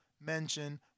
mention